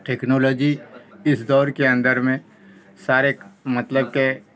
technology اس دور کے اندر میں سارے مطلب کہ